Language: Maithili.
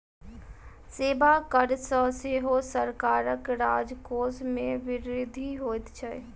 सेवा कर सॅ सेहो सरकारक राजकोष मे वृद्धि होइत छै